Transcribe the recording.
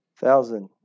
Thousand